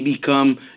become